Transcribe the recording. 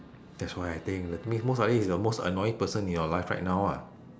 that's why I think that means most likely is the most annoying person in your life right now ah